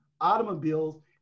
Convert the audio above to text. automobiles